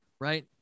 right